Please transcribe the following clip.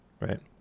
right